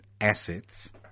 assets